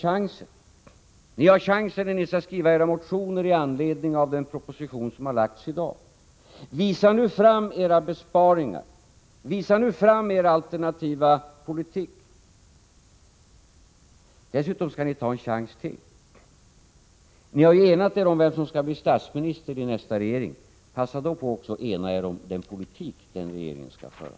Men nu när ni skall skriva era motioner med anledning av den proposition som har lagts fram i dag, har ni chansen. Visa nu fram era besparingar och er alternativa politik. Dessutom bör ni ta en chans till. Ni har enat er om vem som skall bli statsminister i nästa regering. Passa då på att också ena er om vilken politik den regeringen skall föra.